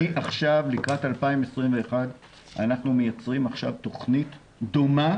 לקראת 2021 אנחנו מייצרים תוכנית דומה